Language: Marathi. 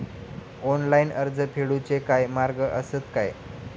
ऑनलाईन कर्ज फेडूचे काय मार्ग आसत काय?